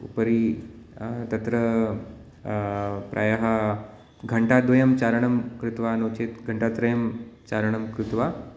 उपरि तत्र प्रायः घण्टाद्वयं चारणं कृत्वा नो चेत् घण्टात्रयं चारणं कृत्वा